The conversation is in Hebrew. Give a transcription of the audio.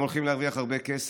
הם הולכים להרוויח הרבה כסף,